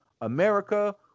America